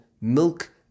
milk